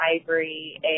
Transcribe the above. Ivory